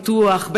פתוח,